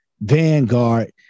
Vanguard